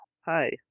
Hi